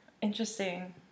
interesting